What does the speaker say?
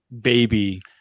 baby